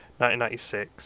1996